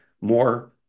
more